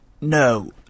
No